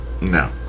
No